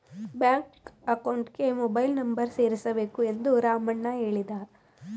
bank ಅಕೌಂಟ್ಗೆ mobile number ಸೇರಿಸಬೇಕು ಎಂದು ರಾಮಣ್ಣ ಹೇಳಿದ